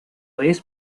vez